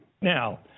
now